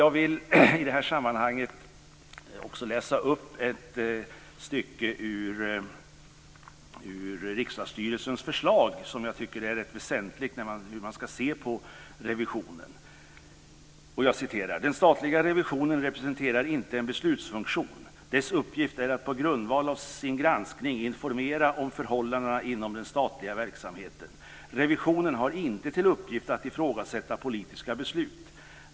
Jag vill i det här sammanhanget också läsa upp ett stycke ur riksdagsstyrelsens förslag som jag tycker är väsentligt när det gäller hur man ska se på revisionen: Den statliga revisionen representerar inte en beslutsfunktion. Dess uppgift är att på grundval av sin granskning informera om förhållandena inom den statliga verksamheten. Revisionen har inte till uppgift att ifrågasätta politiska beslut.